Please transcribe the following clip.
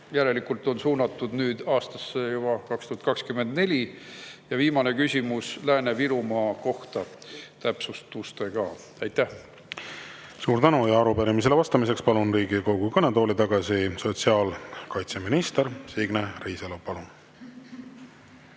järelikult on suunatud nüüd juba aastasse 2024. Ja viimane küsimus on Lääne-Virumaa kohta täpsustustega. Aitäh! Suur tänu! Ja arupärimisele vastamiseks palun Riigikogu kõnetooli tagasi sotsiaalkaitseminister Signe Riisalo. Palun!